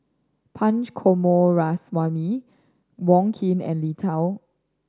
Punch Coomaraswamy Wong Keen and Li Tao